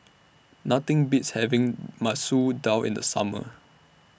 Nothing Beats having Masoor Dal in The Summer